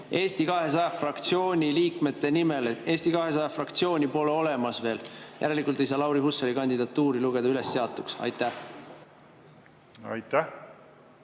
Eesti 200 fraktsiooni liikmete nimel. Eesti 200 fraktsiooni pole veel olemas, järelikult ei saa Lauri Hussari kandidatuuri lugeda ülesseatuks. Aitäh, hea